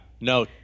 no